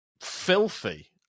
Filthy